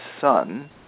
son